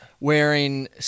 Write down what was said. wearing